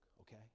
okay